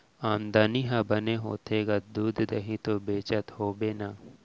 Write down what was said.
आमदनी ह बने होथे गा, दूद, दही तो बेचत होबे ना?